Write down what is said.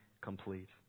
complete